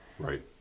right